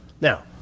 Now